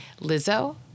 Lizzo